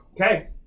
Okay